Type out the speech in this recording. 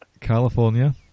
California